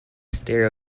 stereo